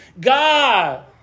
God